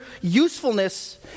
usefulness